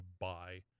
buy